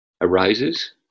arises